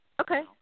Okay